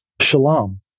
shalom